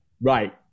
Right